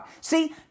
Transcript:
See